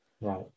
Right